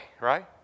right